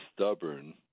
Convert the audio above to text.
stubborn